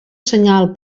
senyal